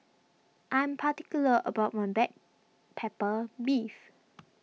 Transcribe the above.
I am particular about my Black Pepper Beef